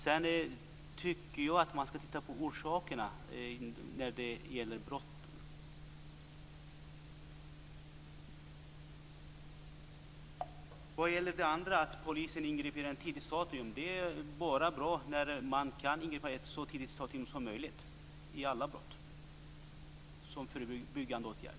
Jag tycker att man ska se på orsakerna när det gäller brotten. Att polisen ingriper på ett tidigt stadium är bara bra. Det är bra om man kan ingripa på ett så tidigt stadium som möjligt i fråga om alla brott som en förebyggande åtgärd.